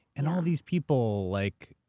and all these people like.